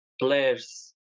players